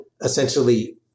essentially